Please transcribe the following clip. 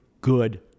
good